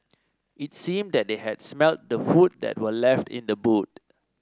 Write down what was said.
it seemed that they had smelt the food that were left in the boot